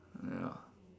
ya